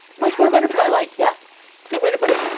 much more butterfly-like. yeah it's a good way to put it.